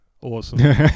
Awesome